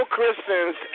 Christians